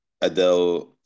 Adele